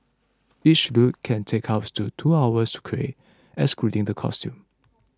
each look can take up to two hours to create excluding the costume